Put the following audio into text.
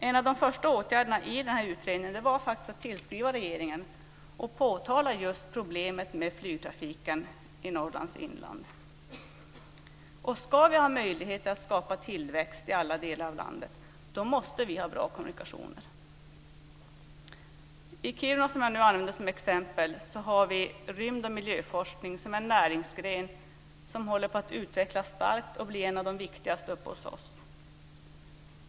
En av de första åtgärderna i den här utredningen var faktiskt att tillskriva regeringen och påtala just problemet med flygtrafiken i Norrlands inland. Om vi ska kunna skapa tillväxt i alla delar av landet måste vi ha bra kommunikationer. I Kiruna, som jag nu använder som exempel, har vi rymd och miljöforskning. Det är en näringsgren som håller på att utvecklas starkt och bli en av de viktigaste uppe hos oss.